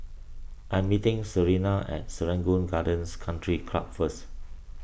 I am meeting Serena at Serangoon Gardens Country Club first